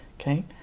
Okay